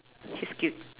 he's cute